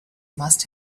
must